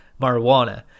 marijuana